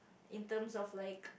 in terms of like